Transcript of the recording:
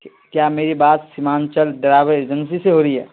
کیا میری بات سیمانچل ڈرائیور ایجنسی سے ہو رہی ہے